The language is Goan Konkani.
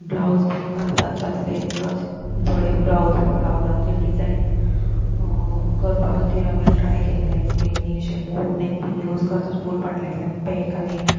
ब्लावज बीन घालता तातले थोडे ब्लावज ब्लावजांचेर डिजायन करपा खातीर हांवें ट्राय केल्लें तेमी अशें बोट नॅक बीन यूज करता फूल फाटल्यांतल्यान पॅक आनी